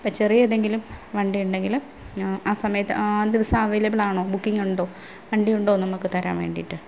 അപ്പം ചെറിയ ഏതെങ്കിലും വണ്ടി ഉണ്ടെങ്കിൽ ആ സമയത്ത് ആ ദിവസം അവൈലബിളാണൊ ബുക്കിങ്ങുണ്ടോ വണ്ടിയുണ്ടോ നമുക്ക് തരാൻ വേണ്ടിയിട്ട്